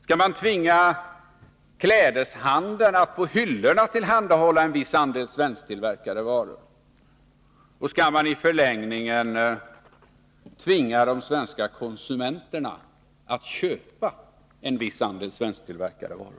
Skall vi tvinga klädeshandlarna att på sina hyllor tillhandahålla en viss andel svensktillverkade varor, och skall vi i förlängningen tvinga de svenska konsumenterna att köpa en viss andel sådana varor?